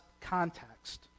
context